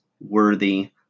worthy